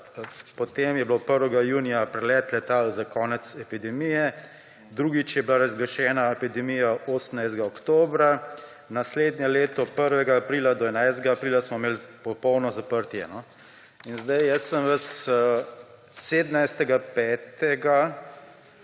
potem je bilo 1. julija prelet letal za konec epidemije, drugič je bila razglašena epidemija 18. oktobra, naslednje leto 1. aprila do 11. aprila smo imeli popolno zaprtje. Jaz sem vas 17. 5.